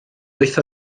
wyth